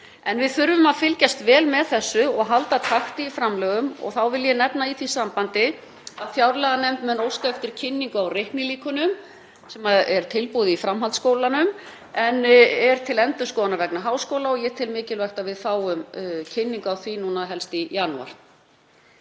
en við þurfum að fylgjast vel með þessu og halda takti í framlögum. Ég vil nefna í því sambandi að fjárlaganefnd mun óska eftir kynningu á reiknilíkönum, annað er tilbúið í framhaldsskólanum en er til endurskoðunar vegna háskóla. Ég tel mikilvægt að við fáum kynningu á því helst nú í janúar.